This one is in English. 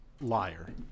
Liar